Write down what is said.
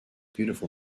beautiful